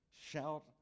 shout